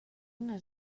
una